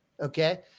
Okay